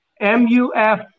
M-U-F